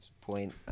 point